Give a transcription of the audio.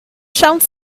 siawns